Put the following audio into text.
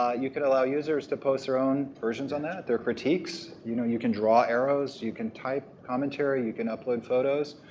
ah you could allow users to post their own versions on that, their critiques. you know you can draw arrows. you can type commentary. you can upload photos.